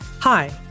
Hi